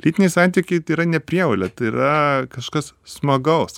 lytiniai santykiai tai yra ne prievolė tai yra kažkas smagaus